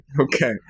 Okay